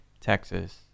texas